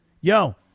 Yo